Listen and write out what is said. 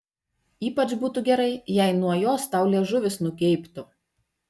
ypač būtų gerai jei nuo jos tau liežuvis nugeibtų